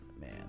man